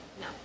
No